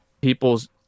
people's